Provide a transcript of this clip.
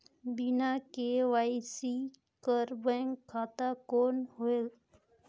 बिना के.वाई.सी कर बैंक खाता कौन होएल?